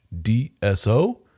DSO